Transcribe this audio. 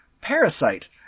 Parasite